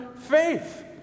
faith